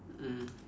mm